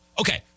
Okay